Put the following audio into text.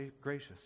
gracious